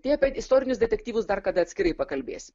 tai apie istorinius detektyvus dar kada atskirai pakalbėsim